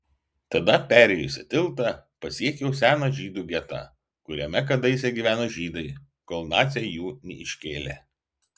tada perėjusi tiltą pasiekiau seną žydų getą kuriame kadaise gyveno žydai kol naciai jų neiškėlė